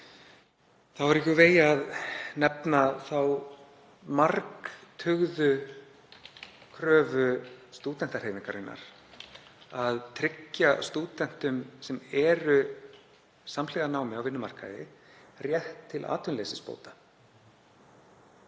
Þá er ekki úr vegi að nefna þá margtuggðu kröfu stúdentahreyfingarinnar að tryggja stúdentum, sem eru samhliða námi á vinnumarkaði, rétt til atvinnuleysisbóta.